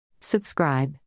Subscribe